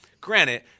granted